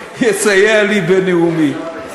מדינה שלמה שואלת את עצמה איפה אקוניס,